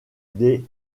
des